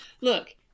Look